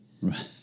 Right